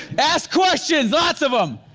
ask questions, lots of um